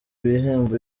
bihembo